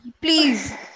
please